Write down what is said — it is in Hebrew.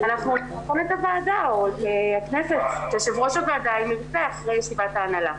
אנחנו נעדכן את יושב ראש הוועדה אם ירצה אחרי ישיבת ההנהלה.